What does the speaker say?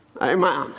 Amen